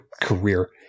career